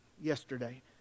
Yesterday